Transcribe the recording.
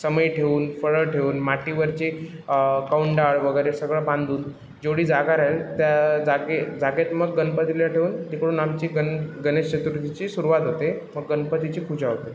समई ठेवून फळं ठेवून माटीवरची कवंडाळं वगैरे सगळं बांधून जेवढी जागा राहील त्या जागे जागेत मग गणपतीला ठेवून तिकडून आमची गने गणेश चतुर्थीची सुरवात होते मग गणपतीची पूजा होते